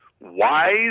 wise